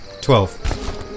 Twelve